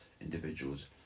individuals